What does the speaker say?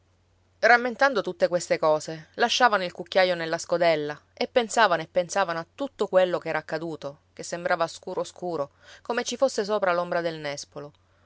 rammentando tutte queste cose lasciavano il cucchiaio nella scodella e pensavano e pensavano a tutto quello che era accaduto che sembrava scuro scuro come ci fosse sopra l'ombra del nespolo